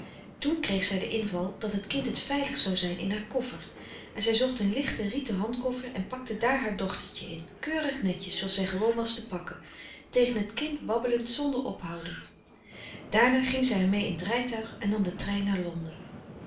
toen kreeg zij den inval dat het kind het veiligst zou zijn in haar koffer en zij zocht een lichten rieten handkoffer en pakte daar haar dochtertje in keurig netjes zooals zij gewoon was te pakken tegen het kind babbelend zonder ophouden daarna ging zij er mee in t rijtuig en nam den trein naar londen